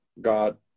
God